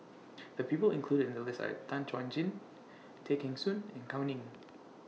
The People included in The list Are Tan Chuan Jin Tay Kheng Soon and Gao Ning